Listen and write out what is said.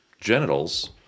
genitals